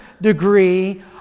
degree